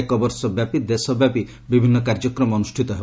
ଏକ ବର୍ଷ ବ୍ୟାପୀ ଦେଶବ୍ୟାପୀ ବିଭିନ୍ନ କାର୍ଯ୍ୟକ୍ରମ ଅନୁଷ୍ଠିତ ହେବ